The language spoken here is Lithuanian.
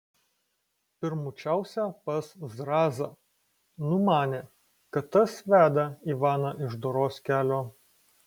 pirmučiausia pas zrazą numanė kad tas veda ivaną iš doros kelio